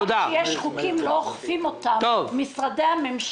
גם כשיש חוקים משרדי הממשלה לא אוכפים אותם.